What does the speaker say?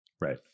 Right